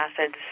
acids